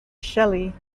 shelley